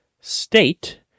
State